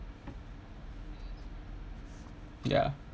ya